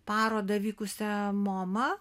parodą vykusią moma